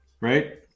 right